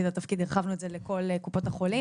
את התפקיד הרחבנו את זה לכל קופות החולים,